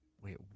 Wait